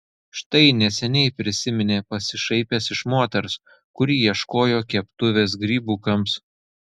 štai neseniai prisiminė pasišaipęs iš moters kuri ieškojo keptuvės grybukams